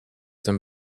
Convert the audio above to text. them